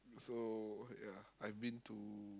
so ya I've been to